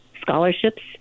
scholarships